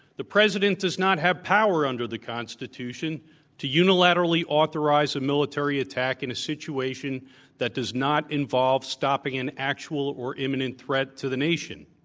the president does not have power under the constitution to unilaterally authorize a military attack in a situation that does not involve stopping an actual or imminent threat to the nation.